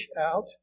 out